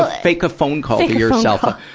a, fake a phone call to yourself.